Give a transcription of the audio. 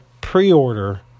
pre-order